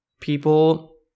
people